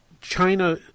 China